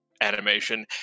animation